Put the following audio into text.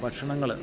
ഭക്ഷണങ്ങൾ